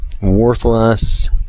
worthless